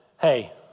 hey